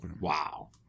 Wow